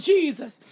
Jesus